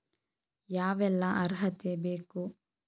ಯಾವೆಲ್ಲ ಅರ್ಹತೆ ಬೇಕು?